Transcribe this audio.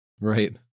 Right